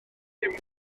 cylch